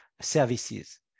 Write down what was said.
services